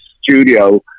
studio